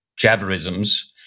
jabberisms